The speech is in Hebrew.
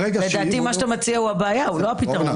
לדעתי מה שאתה מציע זה הבעיה, זה לא הפתרון.